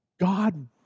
God